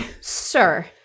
sir